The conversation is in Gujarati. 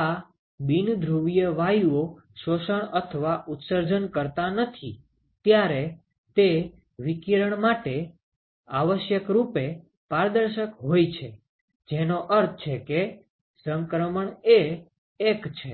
આ બિન ધ્રુવીય વાયુઓ શોષણ અથવા ઉત્સર્જન કરતા નથી ત્યારે તે વિકિરણ માટે આવશ્યક રૂપે પારદર્શક હોય છે જેનો અર્થ છે કે સંક્રમણ એ 1 છે